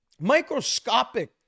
microscopic